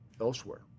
elsewhere